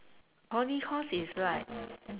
poly course is like